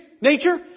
nature